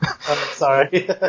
sorry